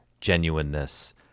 genuineness